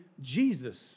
Jesus